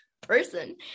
person